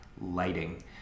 lighting